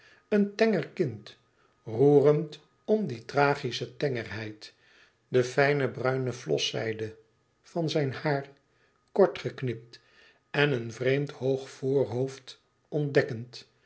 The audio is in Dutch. een tenger kind roerend om die tragische tengerheid de fijne bruine vloszijde van zijn haar kortgeknipt en een vreemd hoog voorhoofd ontdekkend